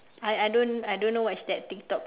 I I I don't I don't know what is that tik tok